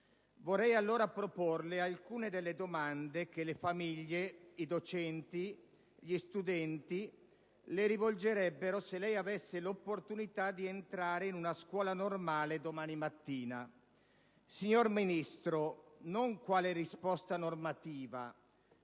Vorrei allora proporle alcune delle domande che le famiglie, i docenti, gli studenti le rivolgerebbero se lei avesse l'opportunità di entrare in una scuola normale domani mattina. Signora Ministro, non quale risposta normativa,